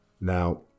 Now